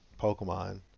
Pokemon